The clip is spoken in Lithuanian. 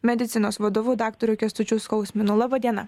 medicinos vadovu daktaru kęstučiu skausminu laba diena